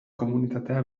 komunitatea